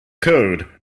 code